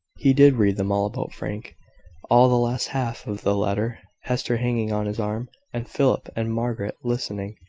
he did read them all about frank all the last half of the letter hester hanging on his arm, and philip and margaret listening,